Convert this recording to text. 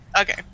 Okay